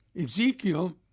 Ezekiel